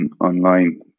online